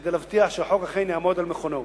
כדי להבטיח שהחוק אכן יעמוד על מכונו.